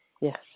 yes